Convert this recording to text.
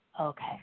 Okay